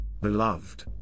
Beloved